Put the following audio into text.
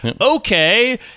okay